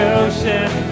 ocean